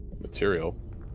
material